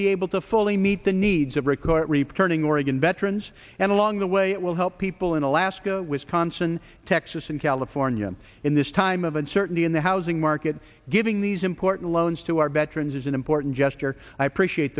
be able to fully meet the needs of record reporting oregon veterans and along the way it will help people in alaska wisconsin texas and california in this time of uncertainty in the housing market giving these important loans to our veterans is an important gesture i appreciate